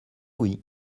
oui